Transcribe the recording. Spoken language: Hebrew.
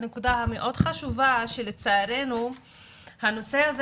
לנקודה המאוד חשובה שלצערנו הנושא הזה